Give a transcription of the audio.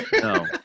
No